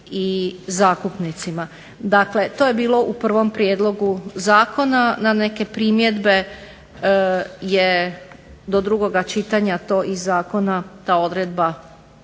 i zakupnicima. Dakle, to je bilo u prvom prijedlogu zakona, na neke primjedbe je do drugo čitanja to iz zakona ta odredba